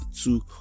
two